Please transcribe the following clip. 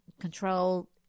control